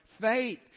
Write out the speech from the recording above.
faith